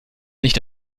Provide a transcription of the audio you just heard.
nicht